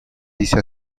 dice